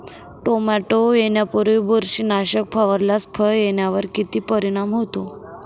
Tomato येण्यापूर्वी बुरशीनाशक फवारल्यास फळ येण्यावर किती परिणाम होतो?